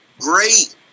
great